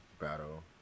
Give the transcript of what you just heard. battle